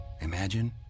imagine